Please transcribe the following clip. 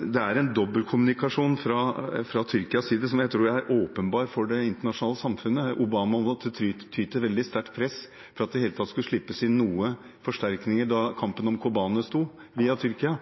det er en dobbeltkommunikasjon fra Tyrkias side som jeg tror er åpenbar for det internasjonale samfunnet. President Obama måtte ty til veldig sterkt press for at det i det hele tatt skulle slippes inn noen forsterkninger da kampen om Kobani sto via Tyrkia